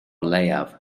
leiaf